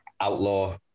Outlaw